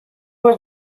was